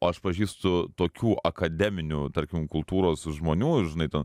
aš pažįstu tokių akademinių tarkim kultūros žmonių žinai ten